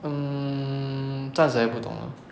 hmm 暂时还不懂吧